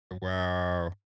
Wow